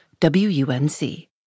WUNC